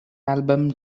album